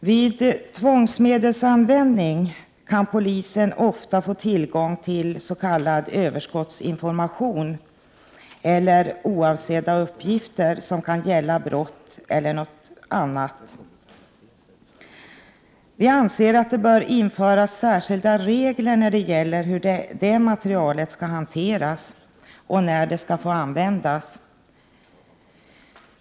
Vid användande av tvångsmedel kan polisen ofta få tillgång till s.k. överskottsinformation eller oavsedda uppgifter som kan gälla brott eller Prot. 1988/89:126 något annat. Vi anser att det bör införas särskilda regler när det gäller hur — 1 juni 1989 sådant material skall hanteras och få användas.